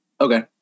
Okay